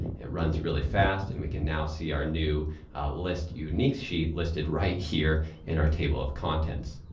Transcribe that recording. it runs really fast and we can now see our new list uniques sheet listed right here in our table of contents.